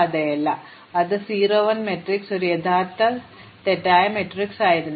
അതിനാൽ ഇത് ഒരു സമീപസ്ഥ മാട്രിക്സ് പോലെയാണ് ഭാരം ഇല്ല അത് 0 1 മാട്രിക്സ് അല്ലെങ്കിൽ ഒരു യഥാർത്ഥ തെറ്റായ മാട്രിക്സ് ആയിരുന്നു